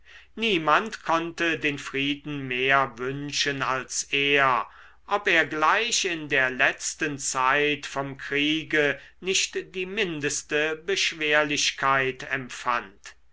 niemand konnte den frieden mehr wünschen als er ob er gleich in der letzten zeit vom kriege nicht die mindeste beschwerlichkeit empfand